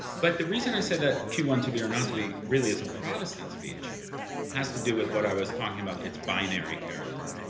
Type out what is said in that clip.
but the reason i say that q one to be or not to be really is a protestant speech has to do with what i was talking about its binary character.